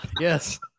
Yes